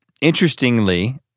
interestingly